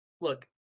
look